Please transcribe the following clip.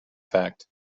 fact